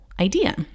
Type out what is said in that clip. idea